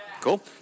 Cool